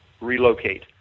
relocate